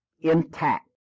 intact